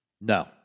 No